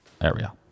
area